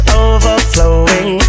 overflowing